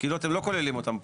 אתם לא כוללים אותן פה.